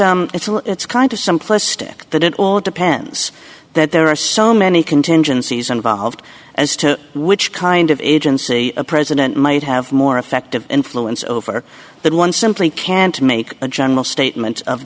it's it's kind of simplistic that it all depends that there are so many contingencies involved as to which kind of agency a president might have more effective influence over than one simply can't make a general statement of